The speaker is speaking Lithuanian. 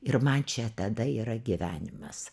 ir man čia tada yra gyvenimas